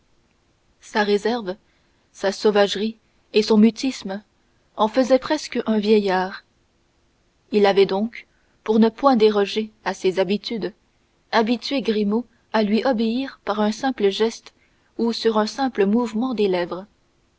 sa réserve sa sauvagerie et son mutisme en faisaient presque un vieillard il avait donc pour ne point déroger à ses habitudes habitué grimaud à lui obéir sur un simple geste ou sur un simple mouvement des lèvres